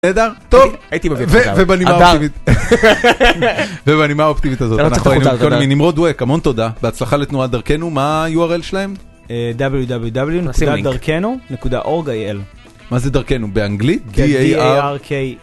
טוב ובנימה האופטימית הזאת , נמרוד דואק, המון תודה. בהצלחה לתנועת דרכנו. מה ה-url שלהם ?www.darkenu.org.il מה זה דרכנו? באנגלית? D a r k